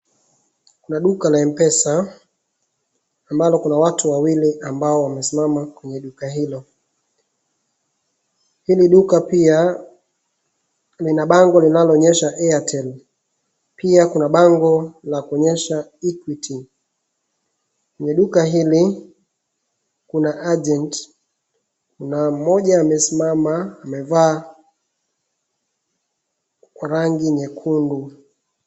Kuna duka la M-Pesa ambalo kuna watu wawili ambao wamesimama kwenye duka hilo. Hili duka pia lina bango linaloonyesha Airtel. Pia kuna bango la kuonyesha Equity. Kwenye duka hili kuna agent na mmoja amesimama amevaa kwa rangi nyekundu.